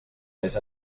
més